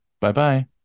Bye-bye